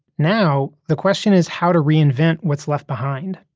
now the question is how to reinvent what's left behind